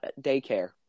daycare